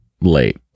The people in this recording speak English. late